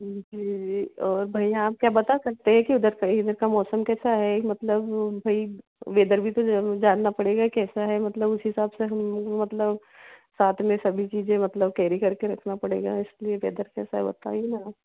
जी जी और भैया आप क्या बता सकते हैं कि उधर इधर का मौसम कैसा है मतलब भा वेदर भी तो जम जानना पड़ेगा कैसा है मतलब उसी हिसाब से हम लोग मतलब साथ में सभी चीज़ें मतलब कैरी कर के रखना पड़ेगा इसलिए वेदर कैसा है बताइए ना आप